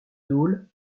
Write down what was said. dole